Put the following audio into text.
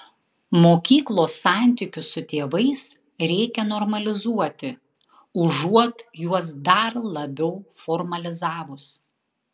mokyklos santykius su tėvais reikia normalizuoti užuot juos dar labiau formalizavus